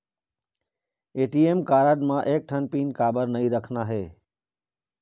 ATM card म एक ठन पिन काबर नई रखना हे?